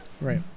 Right